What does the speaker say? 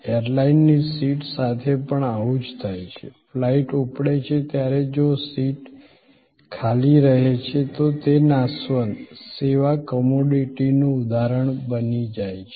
એરલાઇનની seat સાથે પણ આવું જ થાય છે ફ્લાઇટ ઉપડે છે ત્યારે જો સીટ ખાલી રહા છે તો તે નાશવંત સેવા કોમોડિટી નું ઉદાહરણ બની જાય છે